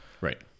Right